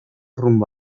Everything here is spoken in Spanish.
rumbo